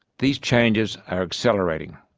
these changes are accelerating.